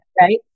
Right